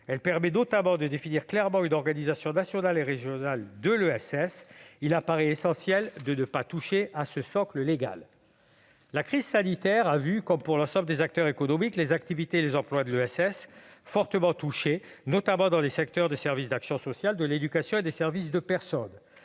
Elle permet notamment de définir clairement une organisation nationale et régionale de l'ESS. Il apparaît essentiel de ne pas toucher à ce socle légal. La crise sanitaire a vu, comme pour l'ensemble des acteurs économiques, les activités et les emplois de l'ESS fortement touchés, notamment dans les secteurs des services d'action sociale, de l'éducation et des services à la personne.